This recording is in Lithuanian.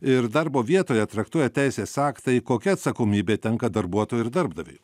ir darbo vietoje traktuoja teisės aktai kokia atsakomybė tenka darbuotojui ir darbdaviui